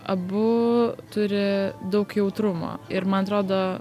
abu turi daug jautrumo ir man atrodo